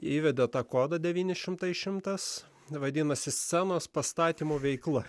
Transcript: įvedė tą kodą devyni šimtai šimtas vadinasi scenos pastatymų veikla